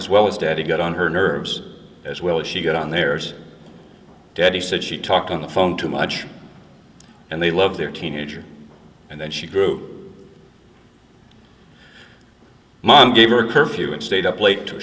as well as daddy got on her nerves as well as she got on theirs daddy said she talked on the phone too much and they love their teenager and then she grew mom gave her a curfew and stayed up late to